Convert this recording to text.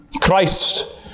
Christ